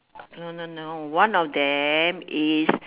no no no one of them is